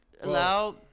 allow